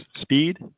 speed